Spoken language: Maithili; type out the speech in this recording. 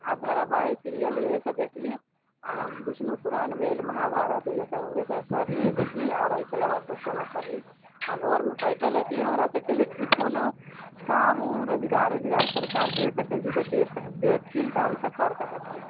आओर धरावाहिक सीरिअल इएहसब देखली आओर विष्णुपुराण भेल महाभारत इएहसब वएहसब करली देखली आओर एहिके अलावा किछु नहि करली आओर घरमे बैठल रहति हमरासबके लेल कोनो काम उम रोजगार ओजगार सरकार दऽ सकै छी तऽ दऽ देथिन तऽ हम करि सकैत छिए